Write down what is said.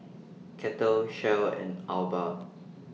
Kettle Shell and Alba